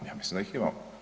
Ja mislim da ih imamo.